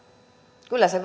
kyllä se